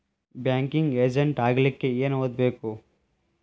Banking agent ಆಗ್ಲಿಕ್ಕೆ ಏನ್ ಓದ್ಬೇಕು?